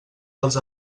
als